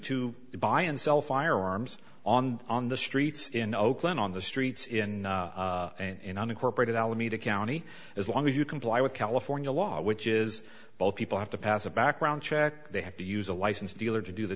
to buy and sell firearms on the streets in oakland on the streets in in unincorporated alameda county as long as you comply with california law which is both people have to pass a background check they have to use a licensed dealer to do the